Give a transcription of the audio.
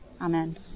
Amen